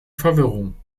verwirrung